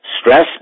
stress